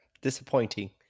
disappointing